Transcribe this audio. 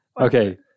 Okay